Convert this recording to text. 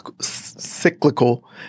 cyclical